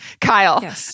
Kyle